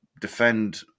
defend